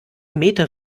meter